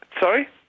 Sorry